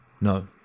No